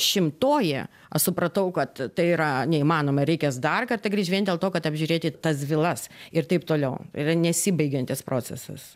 šimtoji aš supratau kad tai yra neįmanoma reikės dar kartą grįžt vien dėl to kad apžiūrėti tas vilas ir taip toliau yra nesibaigiantis procesas